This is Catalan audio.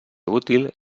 útil